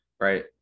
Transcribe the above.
right